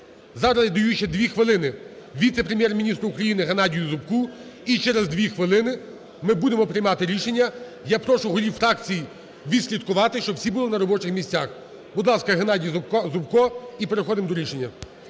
Зараз я даю ще 2 хвилини віце-прем'єр-міністру України Геннадію Зубку і через 2 хвилини ми будемо приймати рішення. Я прошу голів фракцій відслідкувати, щоб всі були на робочих місцях. Будь ласка, Геннадій Зубко. І переходимо до рішення.